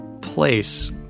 place